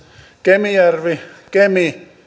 kemijärvi kemi